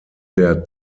der